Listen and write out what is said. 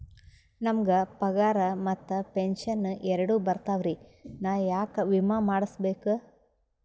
ನಮ್ ಗ ಪಗಾರ ಮತ್ತ ಪೆಂಶನ್ ಎರಡೂ ಬರ್ತಾವರಿ, ನಾ ಯಾಕ ವಿಮಾ ಮಾಡಸ್ಬೇಕ?